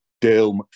Dale